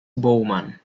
bowman